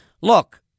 Look